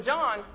John